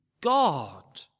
God